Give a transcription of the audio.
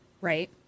Right